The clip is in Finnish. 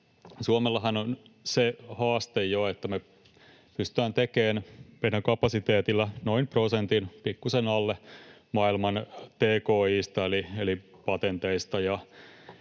Suomellahan on se haaste jo, että me pystytään tekemään meidän kapasiteetilla noin prosentin, pikkusen alle, maailman tki:stä eli patenteista